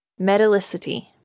Metallicity